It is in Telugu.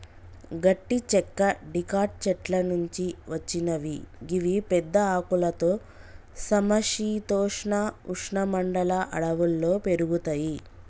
గట్టి చెక్క డికాట్ చెట్ల నుంచి వచ్చినవి గివి పెద్ద ఆకులతో సమ శీతోష్ణ ఉష్ణ మండల అడవుల్లో పెరుగుతయి